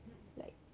mm mm